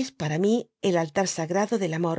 es para mi el altar sagrado del amor